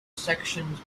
sections